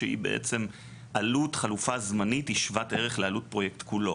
שבעצם עלות חלופה זמנית היא שוות ערך לעלות פרויקט כולו.